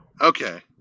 Okay